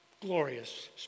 glorious